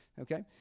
Okay